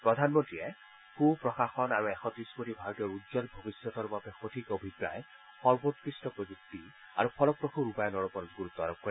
প্ৰধান মন্ত্ৰীয়ে সুপ্ৰশাসন আৰু এশ ত্ৰিশ কোটি ভাৰতীয়ৰ উজ্জ্বল ভৱিষ্যতৰ বাবে সঠিক অভিপ্ৰায় সৰ্বোৎকৃষ্ট প্ৰযুক্তি আৰু ফলপ্ৰসূ ৰূপায়ণৰ ওপৰত গুৰুত্ব আৰোপ কৰে